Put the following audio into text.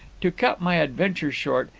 to cut my adventure short,